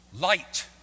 Light